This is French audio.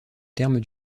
terme